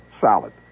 solid